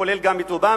כולל גם לאובמה: